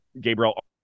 Gabriel